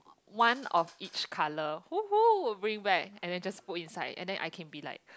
one of each colour !woohoo! bring back and then just put inside and then I can be like